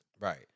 Right